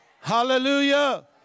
Hallelujah